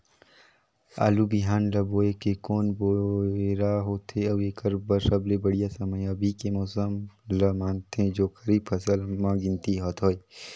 आलू बिहान ल बोये के कोन बेरा होथे अउ एकर बर सबले बढ़िया समय अभी के मौसम ल मानथें जो खरीफ फसल म गिनती होथै?